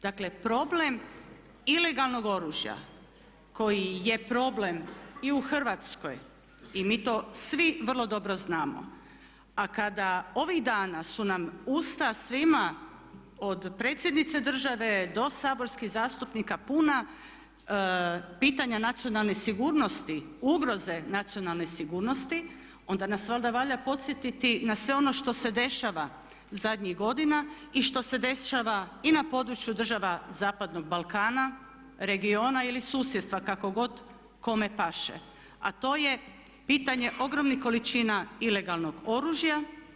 Dakle problem ilegalnog oružja koji je problem i u Hrvatskoj i mi to svi vrlo dobro znamo a kada ovih dana su nam usta svima od predsjednice države do saborskih zastupnika puna pitanja nacionalne sigurnosti, ugroze nacionalne sigurnosti onda nas valjda valja podsjetiti na sve ono što se dešava zadnjih godina i što se dešava i na području država zapadnog Balkana, regiona ili susjedstva kako god kome paše a to je pitanje ogromnih količina ilegalnog oružja.